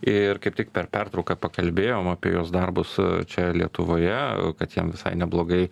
ir kaip tik per pertrauką pakalbėjom apie jos darbus čia lietuvoje kad jiem visai neblogai